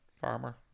Farmer